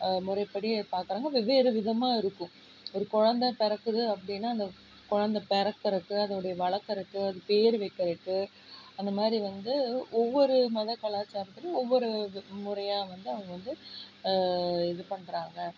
முறைப்படி பார்க்குறாங்க வெவ்வேறு விதமாக இருக்கும் ஒரு கொழந்தை பிறக்குது அப்படின்னா அந்த கொழந்தை பிறக்குறதுக்கு அதோட வளக்கிறதுக்கு அது பேர் வைக்கிறதுக்குக்கு அந்தமாதிரி வந்து ஒவ்வொரு மத கலாச்சாரத்துலேயும் ஒவ்வொரு இது முறையாக வந்து அவங்க வந்து இது பண்ணுறாங்க